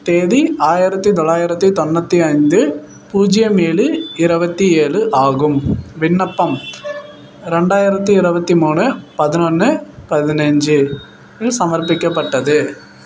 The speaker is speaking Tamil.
தேதி ஆயிரத்தி தொள்ளாயிரத்தி தொண்ணூற்றி ஐந்து பூஜ்யம் ஏழு இருவத்தி ஏழு ஆகும் விண்ணப்பம் இரண்டாயிரத்தி இருவத்தி மூணு பதினொன்று பதினைஞ்சு இல் சமர்ப்பிக்கப்பட்டது